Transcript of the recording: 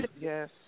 yes